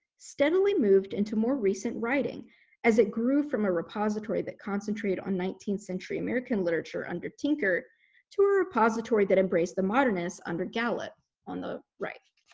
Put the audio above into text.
steadily moved into more recent writing as it grew from a repository that concentrated on nineteenth century american literature under tinker to a repository that embraced the modernists under gallup on the right.